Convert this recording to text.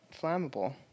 flammable